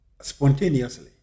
spontaneously